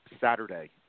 Saturday